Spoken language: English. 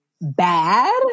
bad